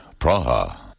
Praha